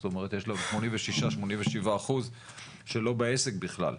זאת אומרת יש לנו 86%-87% שלא בעסק בכלל.